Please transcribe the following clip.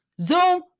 Zoom